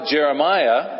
Jeremiah